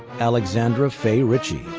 alexandra fay richey.